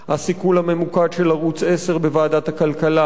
הסיכול הממוקד של ערוץ-10 בוועדת הכלכלה,